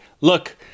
look